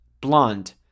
blonde